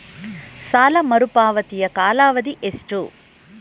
ಸಾಲ ಮರುಪಾವತಿಯ ಕಾಲಾವಧಿ ಎಷ್ಟು?